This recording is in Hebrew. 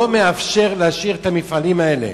לא מאפשר להשאיר את המפעלים האלה.